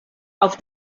auf